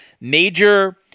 major